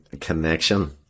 connection